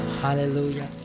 Hallelujah